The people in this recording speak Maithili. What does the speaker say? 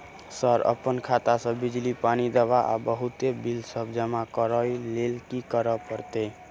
सर अप्पन खाता सऽ बिजली, पानि, दवा आ बहुते बिल सब जमा करऽ लैल की करऽ परतै?